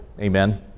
Amen